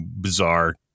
bizarre